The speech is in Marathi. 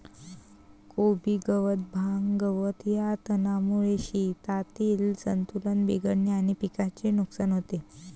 कोबी गवत, भांग, गवत या तणांमुळे शेतातील संतुलन बिघडते आणि पिकाचे नुकसान होते